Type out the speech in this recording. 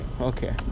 Okay